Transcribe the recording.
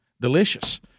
delicious